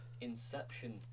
Inception